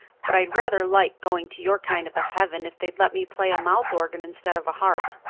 but i'd rather like going to your kind of a heaven if they'd let me play a mouth organ instead of a harp.